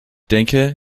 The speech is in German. denke